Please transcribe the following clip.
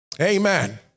Amen